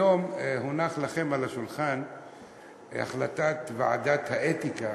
היום הונחה לכם על השולחן החלטת ועדת האתיקה